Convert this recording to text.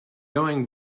going